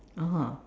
oh